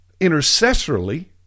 intercessorily